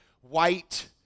white